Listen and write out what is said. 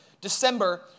December